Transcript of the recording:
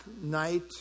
night